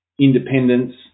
independence